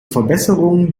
verbesserung